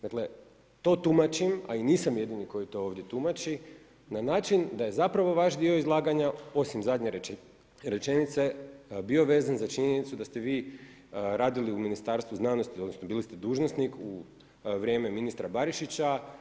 Dakle, to tumačim a i nisam jedini koji to ovdje tumači na način da je zapravo vaš dio izlaganja osim zadnje rečenice bio vezan za činjenicu da ste vi radili u Ministarstvu znanosti, odnosno bili ste dužnosnik u vrijeme ministra Barišića.